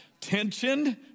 tension